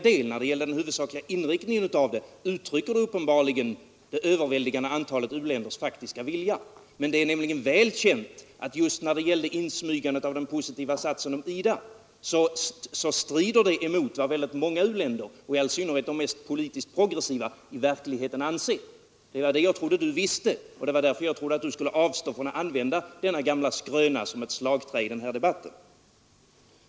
Den huvudsakliga inriktningen av programmet uttrycker uppenbarligen det övervägande antalet u-länders faktiska vilja, men det är väl känt att den positiva satsen om IDA, som smugits in i texten, strider mot vad väldigt många u-länder, i all synnerhet de politiskt mest progressiva, i verkligheten anser. Det trodde jag att Ni visste, och därför väntade jag mig att Ni skulle avstå från att använda denna gamla ”skröna” som ett slagträ i denna debatt.